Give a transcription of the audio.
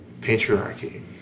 patriarchy